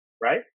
Right